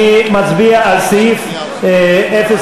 אני מצביע על סעיף 01,